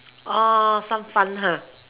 oh some fun